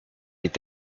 est